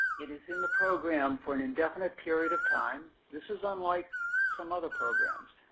it is in the program for an indefinite period of time. this is unlike some other programs.